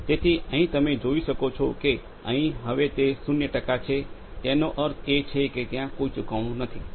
તેથી અહીં તમે જોઈ શકો છો કે અહીં તે હવે શૂન્ય ટકા છે તેનો અર્થ એ છે કે ત્યાં કોઈ લિકેજ નથી